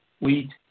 wheat